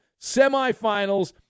semifinals